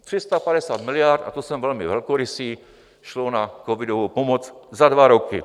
350 miliard, a to jsem velmi velkorysý, šlo na covidovou pomoc za dva roky.